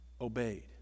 obeyed